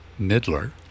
Midler